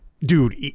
Dude